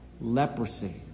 leprosy